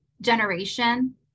generation